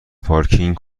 پارکینگ